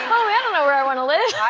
i don't know where i want to live.